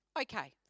Okay